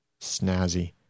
snazzy